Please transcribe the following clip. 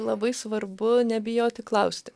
labai svarbu nebijoti klausti